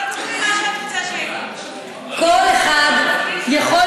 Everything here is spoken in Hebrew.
כל עוד אומרים מה שאת רוצה שיגידו.